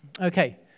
Okay